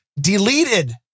deleted